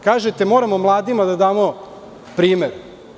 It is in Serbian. Kažete – moramo mladima da damo primer.